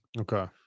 Okay